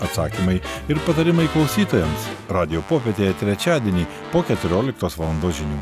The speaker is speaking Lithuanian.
atsakymai ir patarimai klausytojams radijo popietėje trečiadienį po keturiolktos valandos žinių